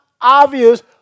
obvious